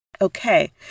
Okay